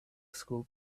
school